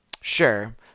Sure